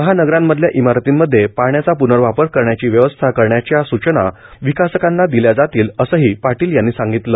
महानगरांमधल्या इमारतींमध्ये पाण्याचा प्नर्वापर करण्याची व्यवस्था करण्याच्या सूचना विकासकांना दिल्या जातील असंही पाटील यांनी सांगितलं